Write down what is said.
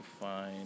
find